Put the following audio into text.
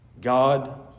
God